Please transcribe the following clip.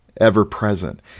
ever-present